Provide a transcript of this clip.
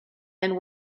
and